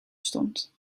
stond